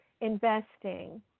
investing